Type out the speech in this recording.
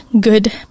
good